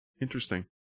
Interesting